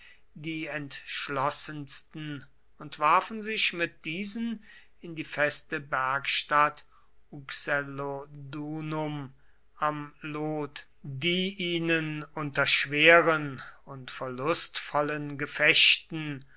die entschlossensten und warfen sich mit diesen in die feste bergstadt uxellodunum am lot die ihnen unter schweren und verlustvollen gefechten